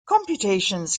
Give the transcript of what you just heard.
computations